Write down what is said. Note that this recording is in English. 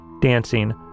dancing